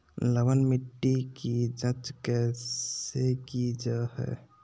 लवन मिट्टी की जच कैसे की जय है?